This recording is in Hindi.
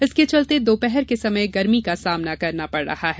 इसके चलते दोपहर के समय गर्मी का सामना करना पड़ रहा है